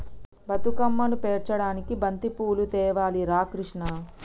బతుకమ్మను పేర్చడానికి బంతిపూలు తేవాలి రా కిష్ణ